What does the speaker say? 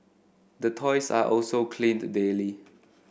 the toys are also cleaned daily